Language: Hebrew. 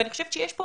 ואני חושבת שיש פה